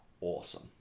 awesome